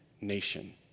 nation